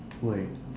why